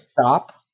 Stop